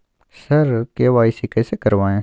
sir KYC कैसे करवाएं